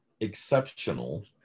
exceptional